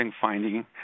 finding –